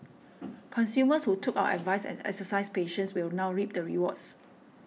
consumers who took our advice and exercised patience will now reap the rewards